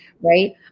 right